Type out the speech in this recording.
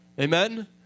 Amen